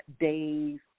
days